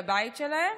לבית שלהם,